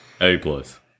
A-plus